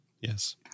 Yes